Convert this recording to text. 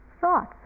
thoughts